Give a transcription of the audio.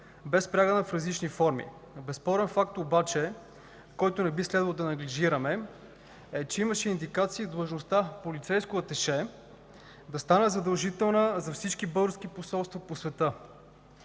бе спрягана в различни форми, но безспорен факт обаче, който не би следвало да неглижираме, е, че имаше индикации длъжността „полицейско аташе” да стане задължителна за всички български посолства по света.